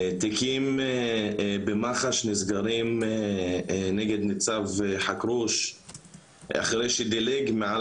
תיקים במח"ש נסגרים נגד ניצב חכרוש אחרי שדילג מעל